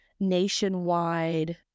nationwide